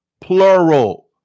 plural